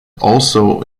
also